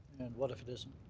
what if it isn't?